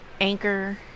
Anchor